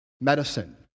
medicine